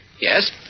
Yes